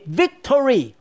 victory